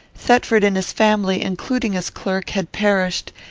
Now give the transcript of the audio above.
thetford and his family, including his clerk, had perished,